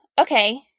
Okay